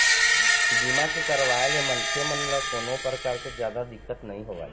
बीमा के करवाय ले मनखे मन ल कोनो परकार के जादा दिक्कत नइ होवय